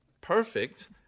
perfect